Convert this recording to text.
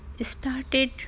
started